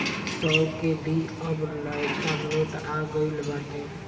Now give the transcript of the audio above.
सौ के भी अब नयका नोट आ गईल बाटे